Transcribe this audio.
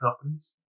companies